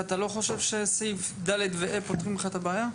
אתה לא חושב שסעיפים (ד) ו-(ה) פותרים לך את הבעיה?